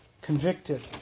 convicted